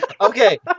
okay